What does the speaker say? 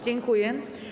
Dziękuję.